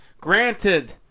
Granted